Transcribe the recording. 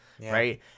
right